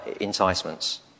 enticements